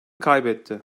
kaybetti